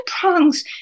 prongs